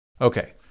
okay